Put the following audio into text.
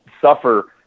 suffer